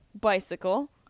bicycle